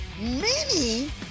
Mini